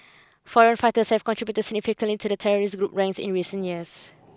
foreign fighters have contributed significantly to the terrorist group's ranks in recent years